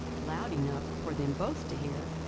loud enough for them both to hear,